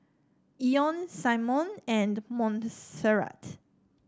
Ione Symone and Monserrat